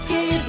Give